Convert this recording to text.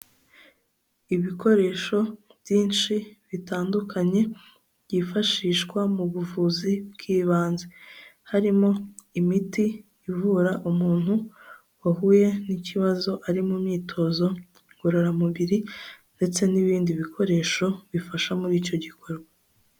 Ibikoresho byinshi bitandukanye byifashishwa mu buvuzi bw'ibanze, harimo imiti ivura umuntu wahuye n'ikibazo ari mu myitozo ngororamubiri ndetse n'ibindi bikoresho bifasha muri icyo gikorwa.